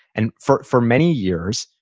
and for for many years,